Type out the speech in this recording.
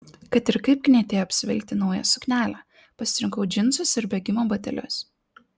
kad ir kaip knietėjo apsivilkti naują suknelę pasirinkau džinsus ir bėgimo batelius